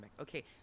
Okay